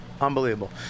unbelievable